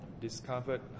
discovered